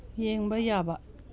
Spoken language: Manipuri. ꯌꯦꯡꯕ ꯌꯥꯕ